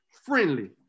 friendly